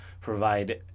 provide